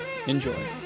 Enjoy